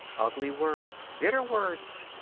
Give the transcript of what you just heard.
ugly words. bitter words.